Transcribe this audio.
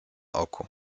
oku